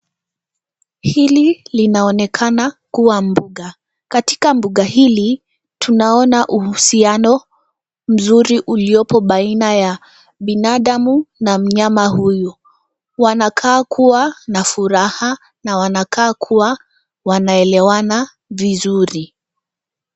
Hili linaonekana kuwa mbuga. Katika mbuga hili, tunaona uhusiano mzuri uliopo baina ya binadamu na mnyama huyu. Wanakaa kuwa na furaha na wanakaa kuwa wanaelewana vizuri.